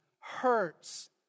hurts